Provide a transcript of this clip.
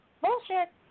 Bullshit